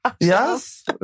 Yes